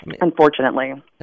unfortunately